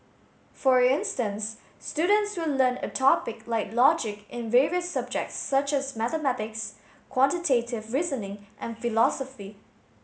for instance students would learn a topic like logic in various subjects such as mathematics quantitative reasoning and philosophy